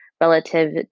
relative